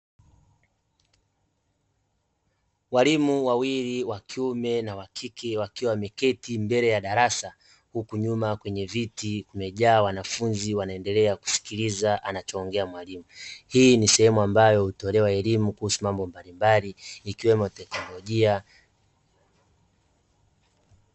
Walimu wawili (wakiume na wakike) wakiwa wameketi mbele ya darasa, huku nyuma kwenye viti kumejaa wanafunzi wananendelea kusikiliza anachoongea mwalimu. Hii ni sehemu ambayo hutolewa elimu kuhusu mambo mbalimbali, ikiwemo teknolojia.